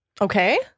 Okay